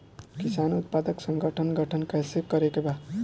किसान उत्पादक संगठन गठन कैसे करके बा?